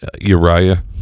uriah